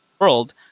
world